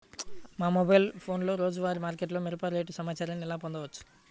మా మొబైల్ ఫోన్లలో రోజువారీ మార్కెట్లో మిరప రేటు సమాచారాన్ని ఎలా పొందవచ్చు?